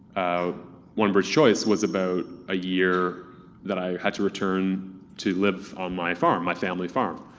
one bird's choice was about a year that i had to return to live on my farm, my family farm.